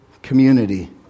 community